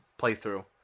playthrough